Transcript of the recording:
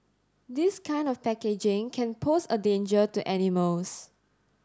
this kind of packaging can pose a danger to animals